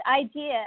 idea